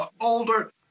older